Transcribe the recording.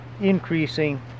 increasing